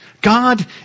God